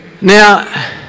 Now